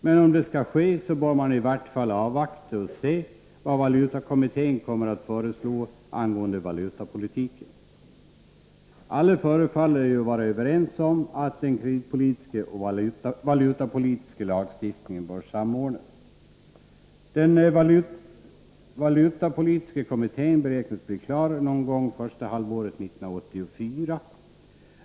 Men om det skall ske bör man i vart fall avvakta och se vad lagen om kreditvalutakommittén kommer att föreslå angående valutapolitiken. politiska medel Alla förefaller vara överens om att den kreditpolitiska och valutapolitiska lagstiftningen bör samordnas. Valutakommittén beräknas bli klar med sitt arbete någon gång under första halvåret 1984.